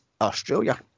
Australia